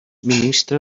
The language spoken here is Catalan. ministre